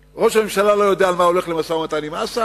ראש הממשלה לא יודע על מה הוא הולך למשא-ומתן עם אסד?